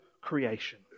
creation